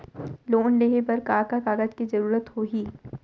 Loan लेहे बर का का कागज के जरूरत होही?